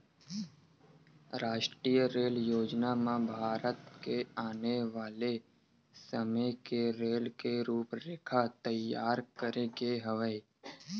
रास्टीय रेल योजना म भारत के आने वाले समे के रेल के रूपरेखा तइयार करे गे हवय